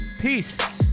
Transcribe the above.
Peace